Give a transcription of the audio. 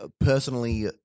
personally